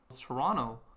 Toronto